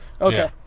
Okay